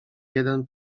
jeden